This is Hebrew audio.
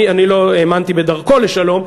אני לא האמנתי בדרכו לשלום,